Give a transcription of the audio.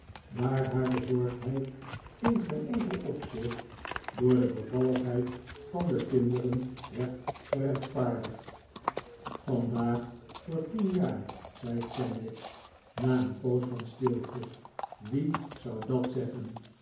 daar haar bezorgdheid in geen enkel opzicht door de bevalligheid van de kinderen werd gerechtvaardigd vandaag voor tien jaar zei kenwigs na een poos van stilte wie zou dat zeggen